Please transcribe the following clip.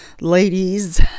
ladies